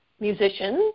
musicians